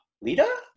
Lita